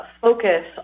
focus